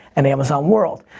and amazon world.